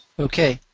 okay